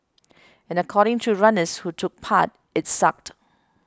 and according to runners who took part its sucked